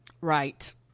right